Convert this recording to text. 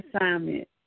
assignment